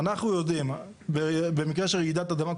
שאנחנו יודעים במקרה של רעידת אדמה,